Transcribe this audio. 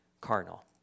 carnal